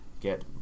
get